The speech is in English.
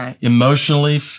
emotionally